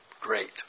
great